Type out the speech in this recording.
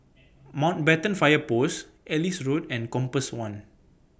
Mountbatten Fire Post Ellis Road and Compass one